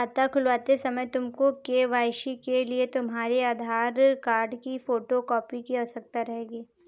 खाता खुलवाते समय तुमको के.वाई.सी के लिए तुम्हारे आधार कार्ड की फोटो कॉपी की आवश्यकता रहेगी